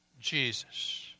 Jesus